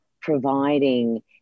providing